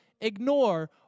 ignore